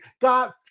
god